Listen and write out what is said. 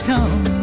come